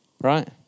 right